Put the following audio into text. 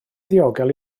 ddiogel